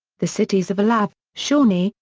the cities of olathe, shawnee,